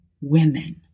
Women